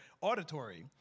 auditory